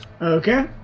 okay